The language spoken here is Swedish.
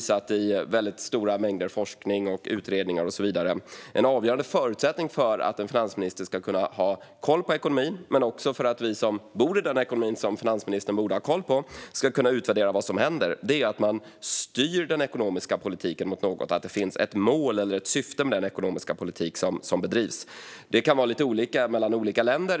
Stora mängder forskning, utredningar och så vidare visar att en avgörande förutsättning för att en finansminister ska kunna ha koll på ekonomin - men också för att vi som bor i den ekonomi som finansministern borde ha koll på - och kunna utvärdera vad som händer är att man styr den ekonomiska politiken mot något. Det måste finnas ett mål eller ett syfte med den ekonomiska politik som bedrivs. Målet kan se lite olika ut i olika länder.